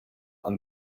and